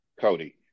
Cody